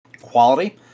quality